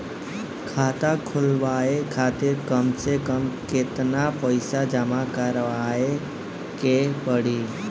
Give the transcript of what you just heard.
खाता खुलवाये खातिर कम से कम केतना पईसा जमा काराये के पड़ी?